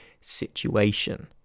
situation